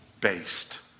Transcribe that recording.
based